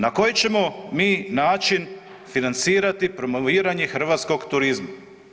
Na koji ćemo mi način financirati promoviranje hrvatskog turizma?